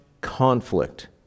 conflict